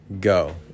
go